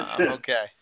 Okay